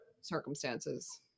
circumstances